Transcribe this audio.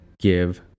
give